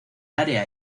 área